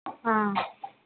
ఆ